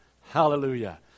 Hallelujah